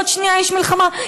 עוד שנייה יש מלחמה,